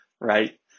right